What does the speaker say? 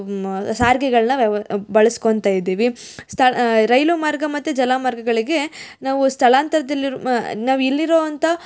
ಸಾರಿಗೆಗಳನ್ನ ವ್ಯವ ಬಳಸ್ಕೋತ ಇದ್ದೀವಿ ಸ್ಥ ರೈಲು ಮಾರ್ಗ ಮತ್ತು ಜಲಮಾರ್ಗಗಳಿಗೆ ನಾವು ಸ್ಥಳಾಂತರದಲ್ಲಿರುವ ನಾವು ಇಲ್ಲಿರುವಂತ